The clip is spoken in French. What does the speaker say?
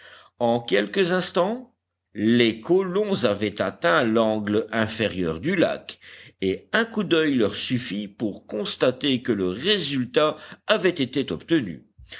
en quelques instants les colons avaient atteint l'angle inférieur du lac et un coup d'oeil leur suffit pour constater que le résultat avait été obtenu